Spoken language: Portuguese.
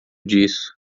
disso